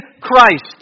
Christ